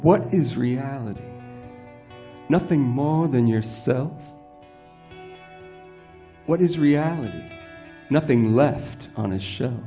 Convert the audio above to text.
what is reality nothing more than yourself what is reality nothing left on the sh